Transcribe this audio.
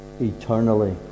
eternally